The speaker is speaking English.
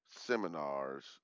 seminars